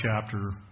chapter